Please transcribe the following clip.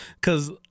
cause